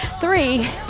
three